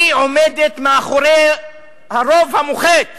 היא עומדת מאחורי הרוב המוחץ